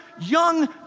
young